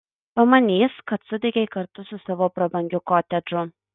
pamanys kad sudegei kartu su savo prabangiu kotedžu